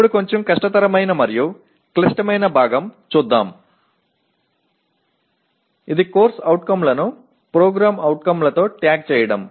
ఇప్పుడు కొంచెం కష్టతరమైన మరియు క్లిష్టమైన భాగం చూద్దాముఇది CO లను PO లతో ట్యాగ్ చేయడం